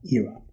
era